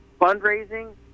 fundraising